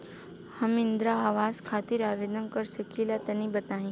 हम इंद्रा आवास खातिर आवेदन कर सकिला तनि बताई?